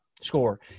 score